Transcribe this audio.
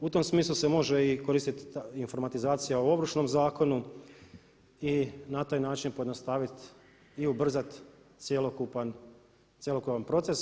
U tom smislu se može i koristiti ta informatizacija u Ovršnom zakonu i na taj način pojednostaviti i ubrzati cjelokupan proces.